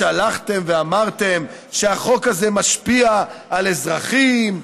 הלכתם ואמרתם שהחוק הזה משפיע על אזרחים,